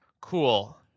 Cool